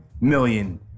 million